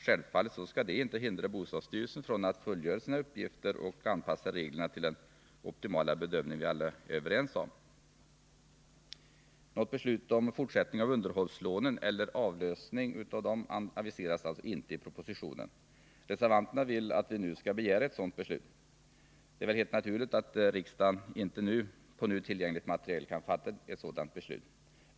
Självfallet skall inte detta hindra bostadsstyrelsen från att fullgöra sina uppgifter och anpassa reglerna till den optimala bedömning vi alla är överens om. Något beslut om fortsättning av underhållslånen eller avlösning av dem aviseras inte i propositionen. Reservanterna vill att vi nu skall begära ett sådant beslut. Det är väl helt naturligt att riksdagen inte på nu tillgängligt material kan besluta detta.